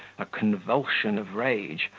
a convulsion of rage,